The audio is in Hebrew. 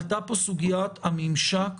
עלתה פה סוגית הממשק